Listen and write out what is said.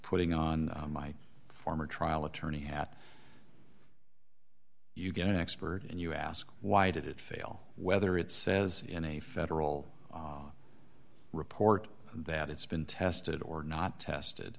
putting on my former trial attorney hat you get an expert and you ask why did it fail whether it says in a federal report that it's been tested or not tested